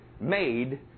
made